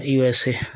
USA